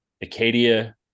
Acadia